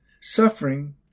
suffering